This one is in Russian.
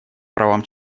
правам